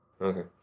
Okay